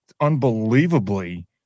unbelievably